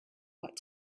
what